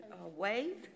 wave